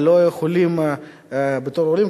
בתור עולים,